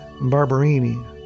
Barberini